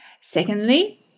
Secondly